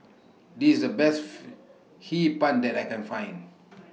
This IS The Best Hee Pan that I Can Find